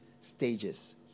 stages